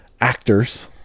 actors